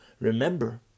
remember